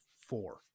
four